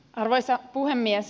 arvoisa puhemies